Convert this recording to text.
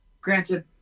Granted